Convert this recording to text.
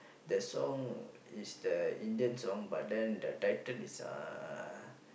the song is the Indian song but then the title is uh